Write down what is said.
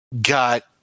got